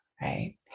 right